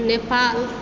Nepal